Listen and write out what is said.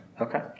Okay